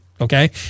okay